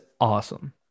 awesome